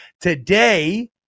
today